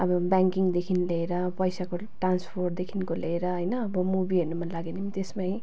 अब ब्याङ्किकदेखि लिएर पैसाको ट्रान्सफरदेखिको लिएर होइन अब मुभी हेर्नु मनलाग्यो भने पनि त्यसमै